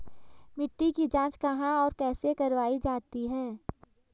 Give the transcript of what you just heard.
मिट्टी की जाँच कहाँ और कैसे करवायी जाती है?